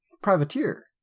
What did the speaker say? privateer